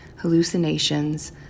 hallucinations